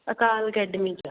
ਅਕਾਲ academy 'ਚ